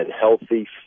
healthy